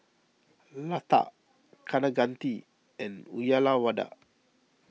Lata Kaneganti and Uyyalawada